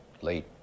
late